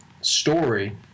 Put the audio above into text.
story